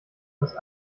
fast